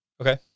Okay